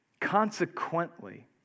Consequently